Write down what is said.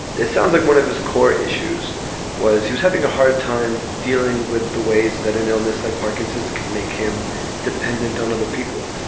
this sounds like one of his core issues was he was having a hard time dealing with the ways that an illness like parkinson's can make him dependent on other people.